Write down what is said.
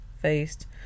faced